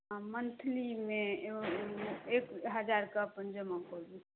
हँ मंथलीमे एक हजार कऽ अपन जमा करू